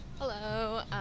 Hello